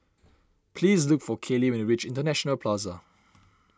please look for Caylee when you reach International Plaza